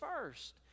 first